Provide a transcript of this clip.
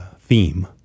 theme